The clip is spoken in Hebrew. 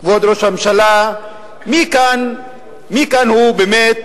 כבוד ראש הממשלה, מי כאן הוא באמת